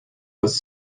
was